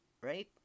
right